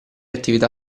attività